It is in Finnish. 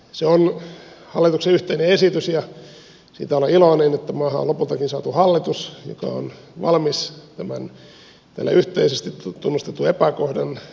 se on hallituksen yhteinen esitys ja olen iloinen siitä että maahan on lopultakin saatu hallitus joka on valmis täällä yhteisesti tunnustetun epäkohdan poistamaan